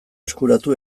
eskuratu